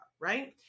right